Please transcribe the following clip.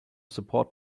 support